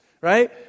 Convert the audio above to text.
right